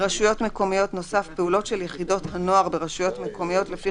לרשויות מקומיות נוסף פעולות של יחידות הנוער ברשויות מקומיות לפי